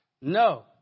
No